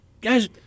Guys